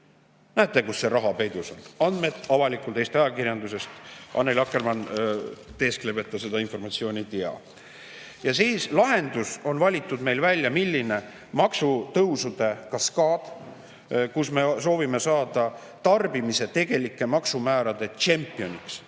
Näete, kus see raha peidus on. Andmed avalikult Eesti ajakirjandusest. Annely Akkermann teeskleb, et ta seda informatsiooni ei tea. Milline on see lahendus meil valitud? Maksutõusude kaskaad – me soovime saada tarbimise tegelike maksumäärade tšempioniks.